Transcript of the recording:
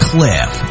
Cliff